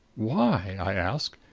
why, i asked,